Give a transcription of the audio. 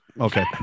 Okay